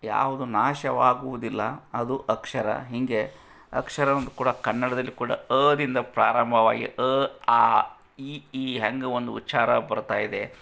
ಯಾವುದು ನಾಶವಾಗುವುದಿಲ್ಲ ಅದು ಅಕ್ಷರ ಹೀಗೆ ಅಕ್ಷರವನ್ನು ಕೂಡ ಕನ್ನಡದಲ್ಲಿ ಕೂಡ ಅಂದಿಂದ ಪ್ರಾರಂಭವಾಗಿ ಅ ಆ ಇ ಈ ಹೆಂಗೆ ಒಂದು ಉಚ್ಚಾರ ಬರ್ತಾ ಇದೆ